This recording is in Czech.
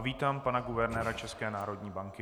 Vítám pana guvernéra České národní banky.